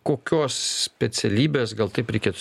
kokios specialybės gal taip reikėtų